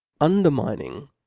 Undermining